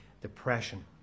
depression